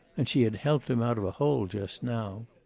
and she had helped him out of a hole just now.